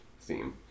theme